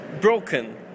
broken